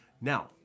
Now